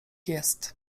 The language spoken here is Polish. jest